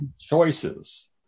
choices